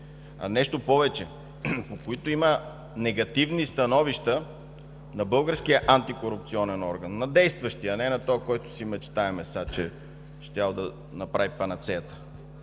– нещо повече, по които има негативно становище на българския антикорупционен орган, на действащия, а не на този, който си мечтаем, че щял да направи панацеята